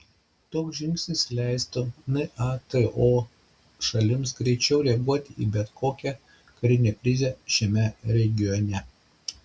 toks žingsnis leistų nato šalims greičiau reaguoti į bet kokią karinę krizę šiame regione